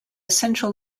central